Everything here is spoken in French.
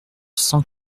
cent